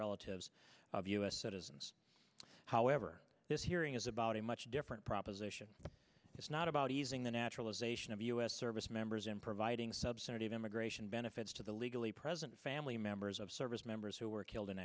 relatives of u s citizens however this hearing is about a much different proposition it's not about easing the naturalization of u s service members and providing substantive immigration benefits to the legally present family members of service members who were killed in